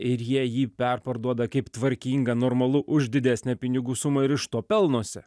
ir jie jį perparduoda kaip tvarkinga normalu už didesnę pinigų sumą ir iš to pelnosi